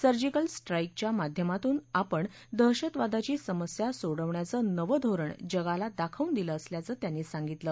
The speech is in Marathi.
सर्जीकल स्ट्राईकच्या माध्यमातून आपण दहशतवादाची समस्या सोडवण्याचं नवं धोरण जगाला दाखवून दिलं असल्याचं त्यांनी सांगितलं